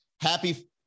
Happy